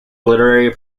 literary